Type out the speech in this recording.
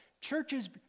Churches